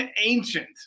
ancient